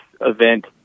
event